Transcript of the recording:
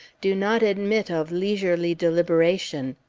do not admit of leisurely deliberation.